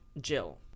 Jill